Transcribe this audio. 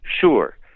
sure